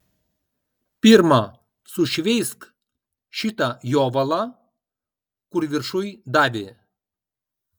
pirma sušveisk šitą jovalą kur viršuj davė